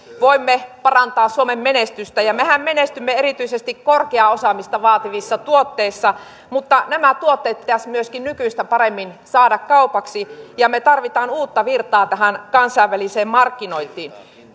voimme parantaa suomen menestystä mehän menestymme erityisesti korkeaa osaamista vaativissa tuotteissa mutta nämä tuotteet pitäisi myöskin nykyistä paremmin saada kaupaksi ja me tarvitsemme uutta virtaa tähän kansainväliseen markkinointiin